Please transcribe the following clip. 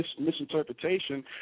misinterpretation